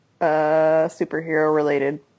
superhero-related